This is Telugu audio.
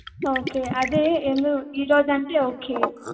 ఓకే అదే ఏందో ఈరోజంటే ఓకే